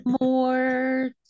more